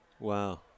Wow